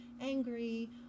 angry